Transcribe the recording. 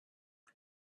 het